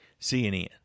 CNN